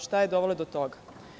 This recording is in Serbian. Šta je dovelo do toga?